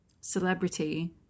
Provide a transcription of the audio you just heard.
celebrity